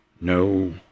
No